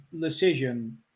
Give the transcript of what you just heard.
decision